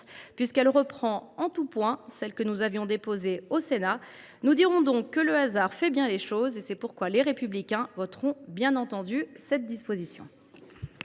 puisqu’elle reprend en tout point celle que nous avions déposée au Sénat. Nous dirons donc que le hasard fait bien les choses… Les Républicains voteront bien entendu cette proposition